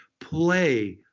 play